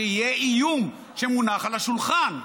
שיהיה איום שמונח על השולחן.